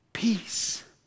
Peace